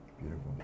Beautiful